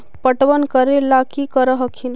पटबन करे ला की कर हखिन?